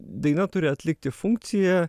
daina turi atlikti funkciją